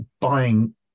buying